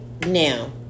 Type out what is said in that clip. now